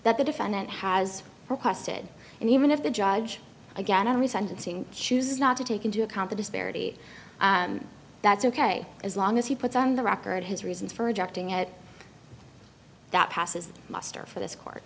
that the defendant has requested and even if the judge again on the sentencing chooses not to take into account the disparity that's ok as long as he puts on the record his reasons for rejecting it that passes muster for this court